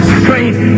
strength